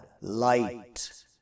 light